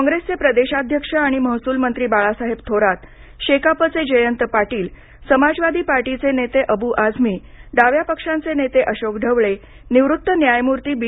काँग्रेसचे प्रदेशाध्यक्ष आणि महसूल मंत्री बाळासाहेब थोरात शेकापचे जयंत पाटील समाजवादी पार्टीचे नेते अब्र आझमी डाव्या पक्षांचे नेते अशोक ढवळे निवृत्त न्यायमूर्ती बी